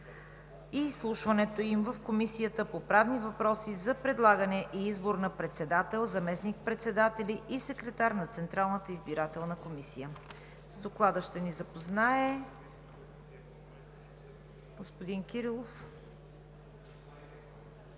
изслушването им в Комисията по правни въпроси, за предлагане и избор на председател, заместник-председатели и секретар на Централната избирателна комисия. Приложение № 3